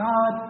God